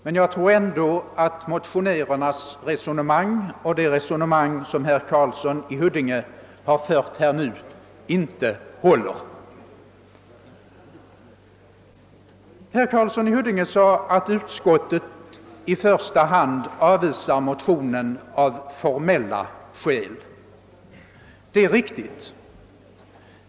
Men jag tror att motionärernas resonemang — även det som herr Karlsson i Huddinge här fört — inte håller. Herr Karlsson i Huddinge sade att utskottet i första hand avvisar motionen av formella skäl. Det är riktigt.